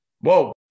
Whoa